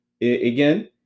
again